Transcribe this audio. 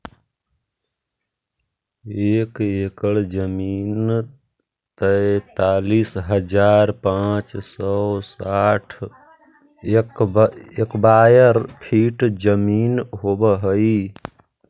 एक एकड़ जमीन तैंतालीस हजार पांच सौ साठ स्क्वायर फीट जमीन होव हई